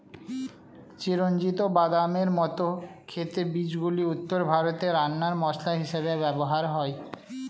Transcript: চিরঞ্জিত বাদামের মত খেতে বীজগুলি উত্তর ভারতে রান্নার মসলা হিসেবে ব্যবহার হয়